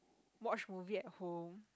watch movie at home